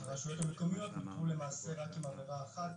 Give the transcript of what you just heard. והרשויות המקומיות נותרו רק עם עבירה אחת